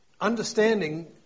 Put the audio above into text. understanding